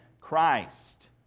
Christ